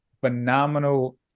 phenomenal